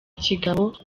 kigabo